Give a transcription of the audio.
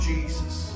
Jesus